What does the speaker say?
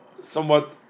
somewhat